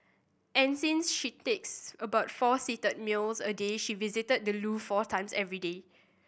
and since she takes about four seated meals a day she visit the loo four times every day